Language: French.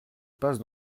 passe